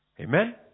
Amen